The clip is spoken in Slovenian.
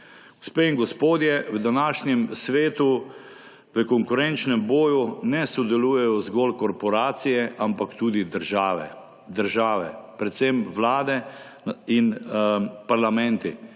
Gospe in gospodje, v današnjem svetu v konkurenčnem boju ne sodelujejo zgolj korporacije, ampak tudi države. Države, predvsem vlade in parlamenti,